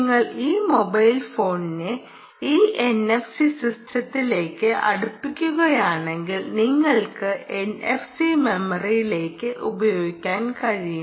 നിങ്ങൾ ഈ മൊബൈൽ ഫോണിനെ ഈ എൻഎഫ്സി സിസ്റ്റത്തിലേക്ക് അടുപ്പിക്കുകയാണെങ്കിൽ നിങ്ങൾക്ക് എൻഎഫ്സി മെമ്മറിയിലേക്ക് ഉപയോഗിക്കാൻ കഴിയും